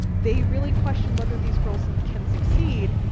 they really question whether these girls and can succeed.